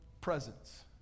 presence